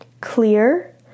Clear